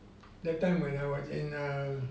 that time when I was in a